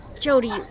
Jody